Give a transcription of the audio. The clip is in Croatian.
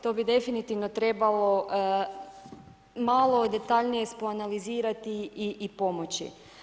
To bi definitivno trebalo malo detaljnije izanalizirati i pomoći.